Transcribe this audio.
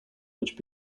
which